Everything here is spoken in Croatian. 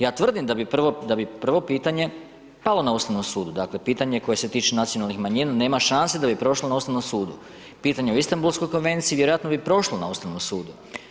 Ja tvrdim da bi prvo pitanje palo na Ustavnom sudu, dakle pitanje koje se tiče nacionalnih manjina nema šanse da bi prošlo na Ustavnom sudu, pitanje o Istanbulskoj konvenciji vjerojatno bi prošlo na Ustavnom sudu.